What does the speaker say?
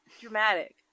dramatic